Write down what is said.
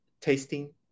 tasting